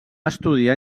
estudiar